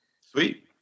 sweet